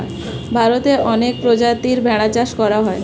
ভারতে অনেক প্রজাতির ভেড়া চাষ করা হয়